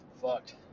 fucked